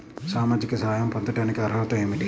సామాజిక సహాయం పొందటానికి అర్హత ఏమిటి?